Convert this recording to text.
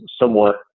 somewhat